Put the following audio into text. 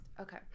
Okay